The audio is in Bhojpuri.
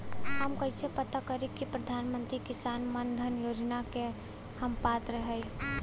हम कइसे पता करी कि प्रधान मंत्री किसान मानधन योजना के हम पात्र हई?